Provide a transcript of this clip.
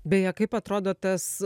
beje kaip atrodo tas